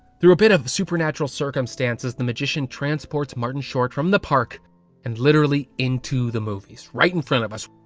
through a bit of supernaturual circumstances, the magician transports martin short from the park and literally into the movies. right in front of us!